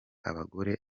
abagore